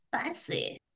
spicy